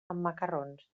macarrons